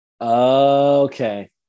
Okay